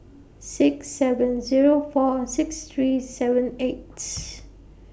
six seven Zero four six three seven eights